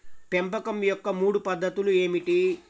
పెంపకం యొక్క మూడు పద్ధతులు ఏమిటీ?